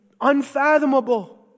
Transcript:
unfathomable